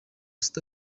sita